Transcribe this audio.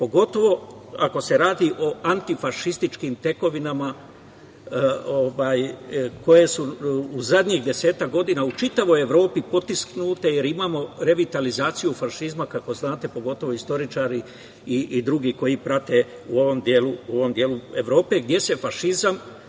pogotovo ako se radi o antifašističkim tekovinama koje su u zadnjih desetak godina u čitavoj Evropi potisnute, jer imamo revitalizaciju fašizma, kako znate, pogotovo istoričari i drugi koji prate u ovom delu Evrope, gde se fašizam